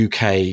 UK